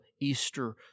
Easter